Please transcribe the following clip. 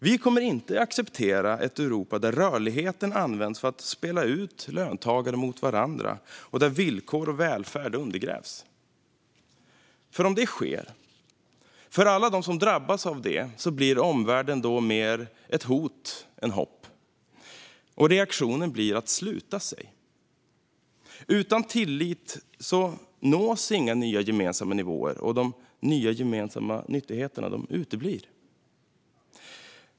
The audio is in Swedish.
Vi kommer inte att acceptera ett Europa där rörligheten används för att spela ut löntagare mot varandra och där villkor och välfärd undergrävs. Om det sker blir omvärlden mer ett hot än ett hopp för alla dem som drabbas av det. Reaktionen blir att man sluter sig. Utan tillit nås inga nya gemensamma nivåer, och de nya gemensamma nyttigheterna uteblir.